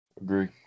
Agree